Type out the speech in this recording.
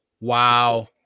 Wow